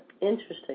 Interesting